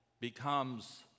becomes